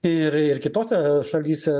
ir ir kitose šalyse